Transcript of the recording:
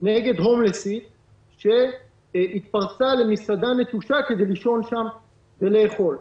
נגד הומלסית שהתפרצה למסעדה נטושה כדי לישון שם ולאכול.